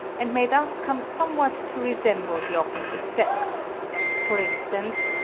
and may thus come somewhat to resemble the opposite sex for instance,